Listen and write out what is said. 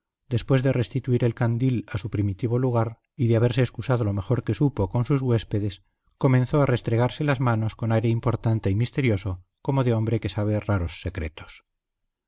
después de restituir el candil a su primitivo lugar y de haberse excusado lo mejor que supo con sus huéspedes comenzó a restregarse las manos con aire importante y misterioso como de hombre que sabe raros secretos